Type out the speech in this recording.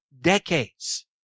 decades